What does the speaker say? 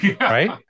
Right